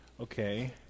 Okay